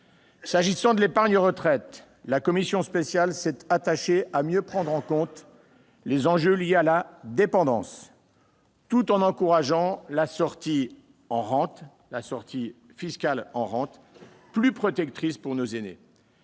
S'agissant de l'épargne retraite, la commission spéciale s'est attachée à mieux prendre en compte les enjeux liés à la dépendance, tout en encourageant fiscalement la sortie en rente, plus protectrice pour nos aînés.